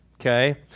Okay